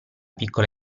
piccola